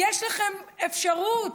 יש לכם אפשרות,